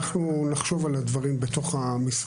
אנחנו נחשוב על הדברים במשרד.